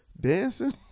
dancing